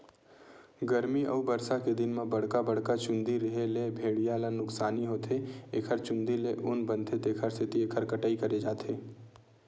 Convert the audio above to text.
गरमी अउ बरसा के दिन म बड़का बड़का चूंदी रेहे ले भेड़िया ल नुकसानी होथे एखर चूंदी ले ऊन बनथे तेखर सेती एखर कटई करे जाथे